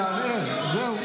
תערער, זהו.